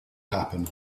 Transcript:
happen